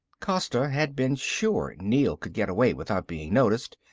costa had been sure neel could get away without being noticed,